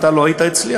אתה לא היית אצלי,